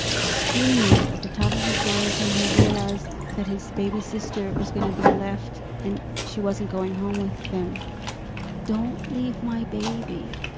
screamed at the top of his lungs, when he realized that his baby sister was gonna be left, and she wasn't going home with them don't leave my baby.